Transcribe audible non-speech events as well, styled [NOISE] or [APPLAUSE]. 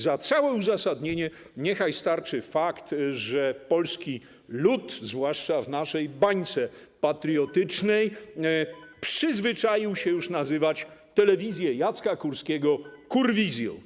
Za całe uzasadnienie niechaj starczy fakt, że polski lud, zwłaszcza w naszej bańce patriotycznej, [NOISE] przyzwyczaił się już nazywać telewizję Jacka Kurskiego kurwizją.